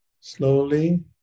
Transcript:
slowly